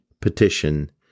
petition